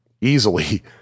Easily